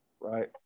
right